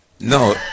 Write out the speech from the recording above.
No